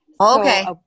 Okay